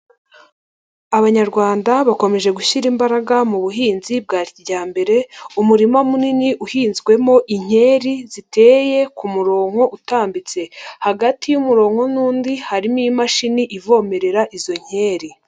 Abanyarwanda bakomeje gushyira imbaraga mu buhinzi bwa kijyambere. Umurima munini uhinzwemo inkeri ziteye ku murongo utambitse. Hagati y'umurongo n'undi harimo imashini ivomerera izo nkeri.